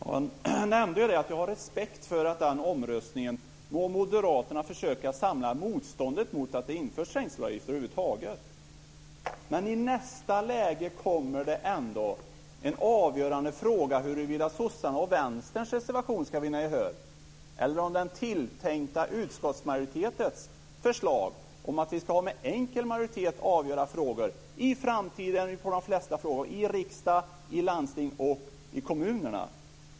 Fru talman! Jag nämnde att jag har respekt för att vid den omröstningen må Moderaterna försöka samla motståndet mot att det över huvud taget införs trängselavgifter. Men i nästa läge kommer en avgörande fråga huruvida sossarnas och Vänsterns reservation ska vinna gehör eller den tilltänkta utskottsmajoritetens förslag, dvs. att vi med enkel majoritet ska avgöra frågor i framtiden i riksdag, landsting och i kommuner.